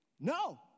No